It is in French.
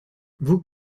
vous